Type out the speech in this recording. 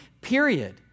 period